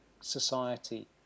society